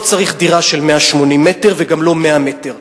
לא צריך דירה של 180 מטר וגם לא של 100 מטר.